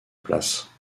place